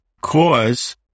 cause